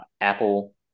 Apple